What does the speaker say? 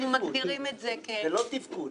אנחנו מגדירים את זה כ --- זה לא תפקוד.